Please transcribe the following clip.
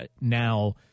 now